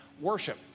worship